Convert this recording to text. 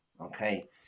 Okay